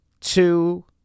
two